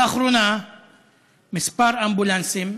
לאחרונה מספר אמבולנסים,